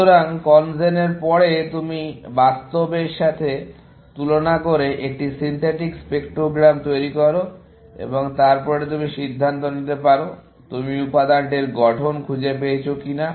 সুতরাং কনজেনের পরে তুমি বাস্তবের সাথে তুলনা করে একটি সিন্থেটিক স্পেকট্রোগ্রাম তৈরি করো এবং তারপরে তুমি সিদ্ধান্ত নিতে পারো তুমি উপাদানটির গঠন খুঁজে পেয়েছো কি না